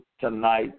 tonight